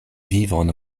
vivojn